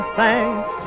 thanks